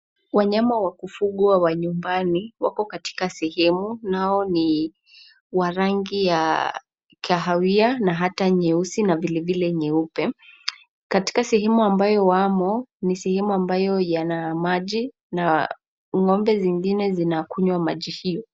Wanyama wa kufugwa nyumbani wako katika sehemu, nao ni wa rangi ya kahawia na hata nyeusi na vilevile nyeupe. Katika sehemu ambayo wamo ni sehemu ambayo yana maji, na ng'ombe zingine zinakunywa maji hiyo.